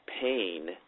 pain